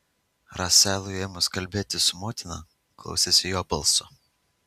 raselui ėmus kalbėti su motina klausėsi jo balso